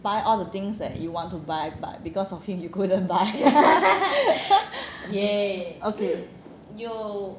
buy all the things that you want to buy but cause of him you couldn't buy